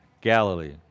Galilee